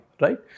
right